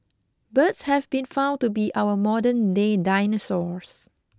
birds have been found to be our modernday dinosaurs